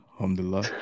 Alhamdulillah